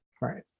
Right